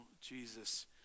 Jesus